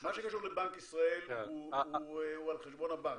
מה שקשור לבנק ישראל הוא על חשבון הבנק,